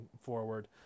forward